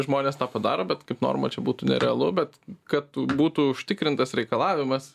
žmonės tą padaro bet kaip norma čia būtų nerealu bet kad būtų užtikrintas reikalavimas